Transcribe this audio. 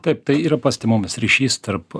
taip tai yra pastebimas ryšys tarp